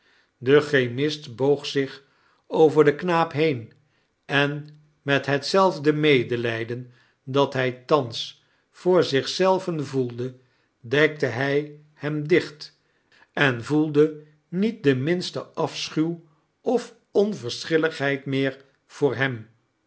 de chemist boog zich over den knaap heen en met hetzelfde medelijden dat hij thans voor zich zelven voelde dekte hij hem dicht en voelde niet den minsten afschuw of onverschilligheid meer voor hem